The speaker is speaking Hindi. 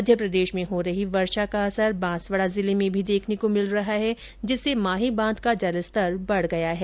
मध्यप्रदेश में हो रही वर्षा का असर बांसवाडा जिले में भी देखने को मिल रहा है जिससे माही बांध का जलस्तर बढ गया है